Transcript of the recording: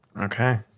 Okay